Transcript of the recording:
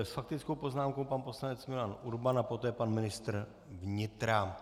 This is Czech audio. S faktickou poznámkou pan poslanec Milan Urban a poté pan ministr vnitra.